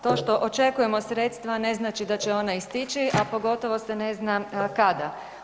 To što očekujemo sredstva, ne znači da će ona i stići, a pogotovo se ne zna kada.